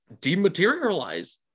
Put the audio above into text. dematerialize